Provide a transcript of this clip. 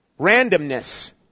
randomness